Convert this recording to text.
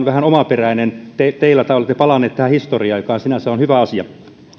vähän omaperäinen teillä teillä te olette palanneet tähän historiaan mikä on sinänsä hyvä asia